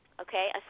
okay